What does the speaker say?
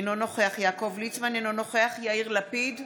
אינו נוכח יעקב ליצמן, אינו נוכח יאיר לפיד,